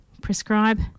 prescribe